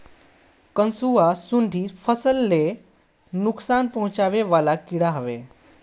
कंसुआ, सुंडी फसल ले नुकसान पहुचावे वाला कीड़ा हवे